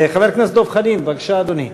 חבר הכנסת דב חנין, בבקשה, אדוני,